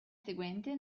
seguente